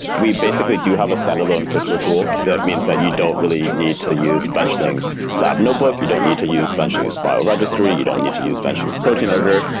we basically do have a standalone crispr tool. that means that you don't really need to use benchling's lab notebook, you don't need to use benchling's file registry, you don't need to use benchling's protein editor.